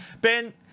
Ben